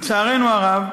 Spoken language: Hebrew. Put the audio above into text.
לצערנו הרב,